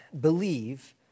believe